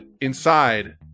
inside